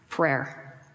prayer